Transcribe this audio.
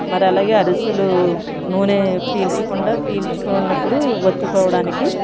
మరి అలాగే అరిసెలు నూనె పీల్చకుండా పీల్చుకున్నప్పుడు ఒత్తుకోవడానికి